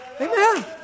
Amen